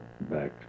back